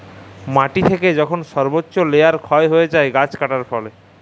মাটি থেকে যখল সর্বচ্চ লেয়ার ক্ষয় হ্যয়ে যায় গাছ কাটার ফলে